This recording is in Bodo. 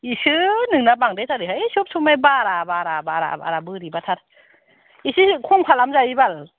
इसोर नोंना बांद्राय थारो हाय सब समाय बारा बारा बारा बारा बोरैबाथार एसे खम खालामजायो बाल